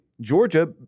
Georgia